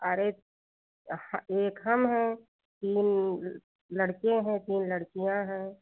अरे एक हम हैं तीन लड़के हैं तीन लड़कियाँ हैं